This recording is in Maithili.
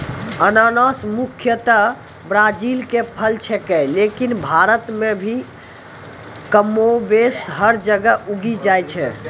अनानस मुख्यतया ब्राजील के फल छेकै लेकिन भारत मॅ भी कमोबेश हर जगह उगी जाय छै